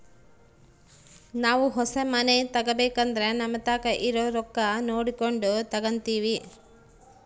ನಾವು ಹೊಸ ಮನೆ ತಗಬೇಕಂದ್ರ ನಮತಾಕ ಇರೊ ರೊಕ್ಕ ನೋಡಕೊಂಡು ತಗಂತಿವಿ